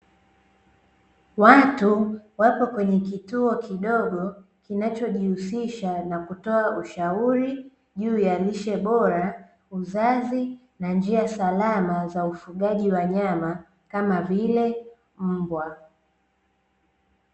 Watu wapo kwenye kituo kidogo kinachojihusisha na kutoa ushauri juu ya lishe bora, uzazi na njia salama za ufugaji wa nyama kama, vile mbwa.